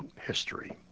history